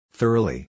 Thoroughly